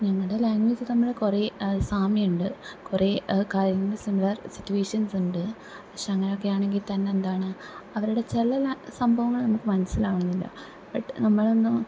ഞങ്ങളുടെ ലാംഗ്വേജ് തമ്മില് കുറെ സാമ്യമുണ്ട് കുറെ കഴിയുന്ന സിമിലര് സിറ്റുവേഷൻസ് ഉണ്ട് പക്ഷെ അങ്ങനെയൊക്കെ ആകണമെങ്കിൽ തന്നെ എന്താണ് അവരുടെ ചില ലാ സംഭവങ്ങള് നമുക്ക് മനസിലാവണം എന്നില്ല പെട്ട് നമ്മളൊന്ന്